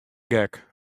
gek